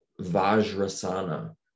Vajrasana